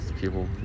people